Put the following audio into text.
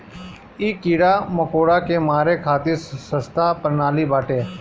इ कीड़ा मकोड़ा के मारे खातिर सस्ता प्रणाली बाटे